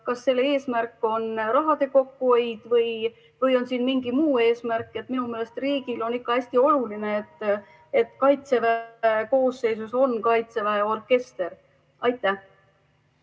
Kas selle eesmärk on raha kokkuhoid või on siin mingi muu eesmärk? Minu meelest on riigile hästi oluline, et Kaitseväe koosseisus on Kaitseväe orkester.